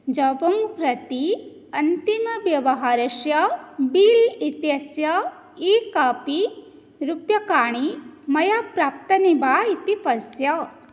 जबोङ्ग् प्रति अन्तिमव्यवहारस्य बिल् इत्यस्य ई कापी रूप्यकाणि मया प्राप्तनि वा इति पश्य